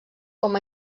com